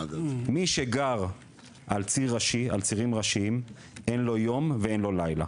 מי שגר על צירים ראשיים, אין לו יום ואין לו לילה.